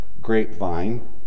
grapevine